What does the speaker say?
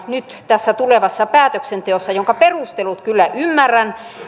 nyt tässä tulevassa päätöksenteossa jonka perustelut kyllä ymmärrän vaaditaan